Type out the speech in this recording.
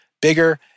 bigger